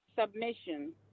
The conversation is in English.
submission